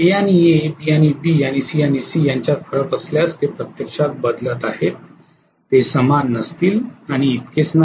ए आणि A B आणि B आणि सी आणि सी यांच्यात फरक असल्यास ते प्रत्यक्षात बदलत आहेत ते समान नसतील आणि इतकेच नाही